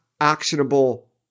actionable